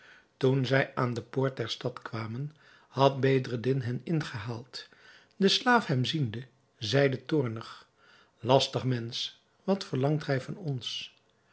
toen zij aan de poort der stad kwamen had bedreddin hen ingehaald de slaaf hem ziende zeide toornig lastig mensch wat verlangt gij van ons